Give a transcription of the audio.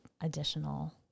additional